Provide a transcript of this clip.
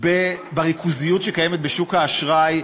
אז אין לי פתרון אחר אלא לנסות לתקן את זה,